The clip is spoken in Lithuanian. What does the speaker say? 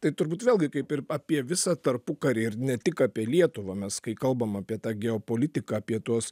tai turbūt vėlgi kaip ir apie visą tarpukarį ir ne tik apie lietuvą mes kai kalbam apie tą geopolitiką apie tuos